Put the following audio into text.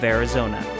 Arizona